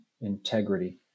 integrity